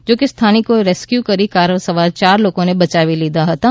જો કે સ્થાનિકોએ રેસ્ક્યુ કરી કારમાં સવાર યાર લોકોને બયાવી લીધા હતાં